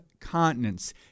continents